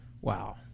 Wow